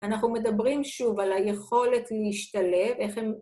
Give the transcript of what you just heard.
אנחנו מדברים שוב על היכולת להשתלב, איך הם...